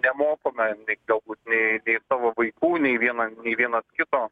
nemokome nei galbūt nei nei savo vaikų nei vienam nei vienas kito